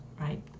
right